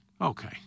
Okay